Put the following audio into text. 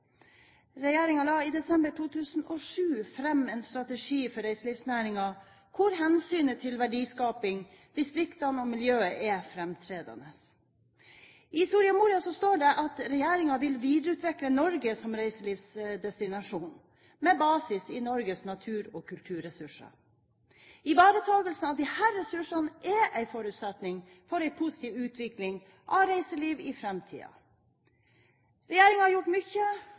la i desember 2007 fram en strategi for reiselivsnæringen hvor hensynet til verdiskaping, distriktene og miljøet er framtredende. I Soria Moria står det: «Regjeringen vil videreutvikle Norge som reiselivsdestinasjon, med basis i Norges natur- og kulturressurser.» Ivaretakelsen av disse ressursene er en forutsetning for en positiv utvikling av reiselivsnæringen i framtiden. Regjeringen har gjort